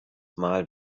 mal